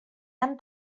han